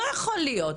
לא יכול להיות.